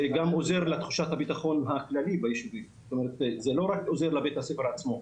האבטחה עוזרת לא רק לבית הספר עצמו,